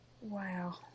Wow